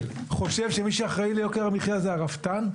חושב שמי שאחראי ליוקר המחיה זה הרפתן,